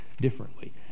differently